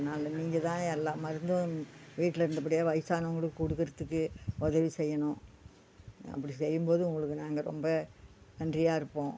அதனால நீங்கள் தான் எல்லா மருந்தும் வீட்டில் இருந்தபடியே வயசானவங்களுக்கு கொடுக்கறத்துக்கு உதவி செய்யணும் அப்படி செய்யும் போது உங்களுக்கு நாங்கள் ரொம்ப நன்றியாக இருப்போம்